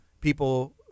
people